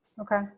Okay